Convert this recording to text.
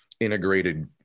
integrated